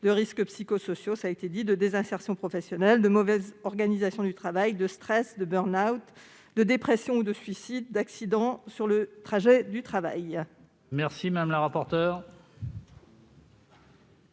de risques psychosociaux, de désinsertion professionnelle, de mauvaise organisation du travail, de stress, de burn-out, de dépression ou de suicide, d'accident sur le trajet du travail. Quel est l'avis de